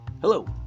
Hello